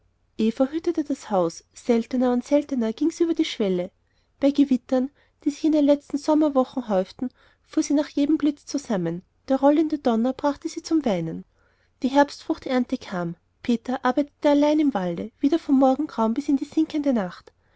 hütete das haus seltener und seltener ging sie über die schwelle bei gewittern die sich in den letzten sommerwochen häuften fuhr sie nach jedem blitz zusammen der rollende donner brachte sie zum weinen die herbstfruchternte kam peter arbeitete allein im walde wieder vom morgengrauen bis in die sinkende nacht